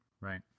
Right